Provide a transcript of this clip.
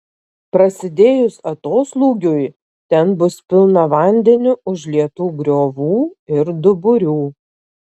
prasidėjus atoslūgiui ten bus pilna vandeniu užlietų griovų ir duburių